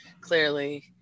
clearly